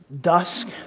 dusk